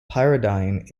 pyridine